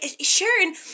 Sharon